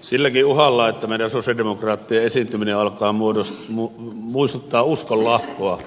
silläkin uhalla että meidän sosialidemokraattien esiintyminen alkaa muistuttaa uskonlahkoa